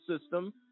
system